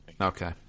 okay